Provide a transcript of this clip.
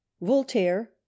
Voltaire